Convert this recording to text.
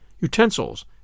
utensils